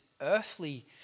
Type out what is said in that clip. earthly